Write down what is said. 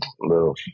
little